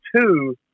two